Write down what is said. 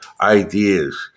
ideas